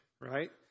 right